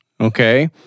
okay